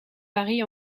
varient